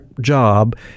job